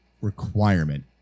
requirement